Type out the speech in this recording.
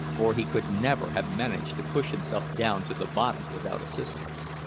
for he could never have managed to push himself down to the bottom without assistance.